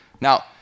Now